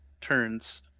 turns